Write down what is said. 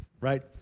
Right